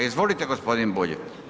Izvolite gospodine Bulj.